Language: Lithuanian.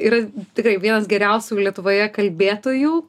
yra tikrai vienas geriausių lietuvoje kalbėtojų